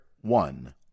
one